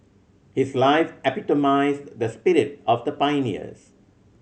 his life epitomised the spirit of the pioneers